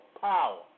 power